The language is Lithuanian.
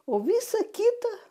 o visa kita